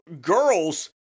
girls